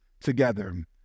together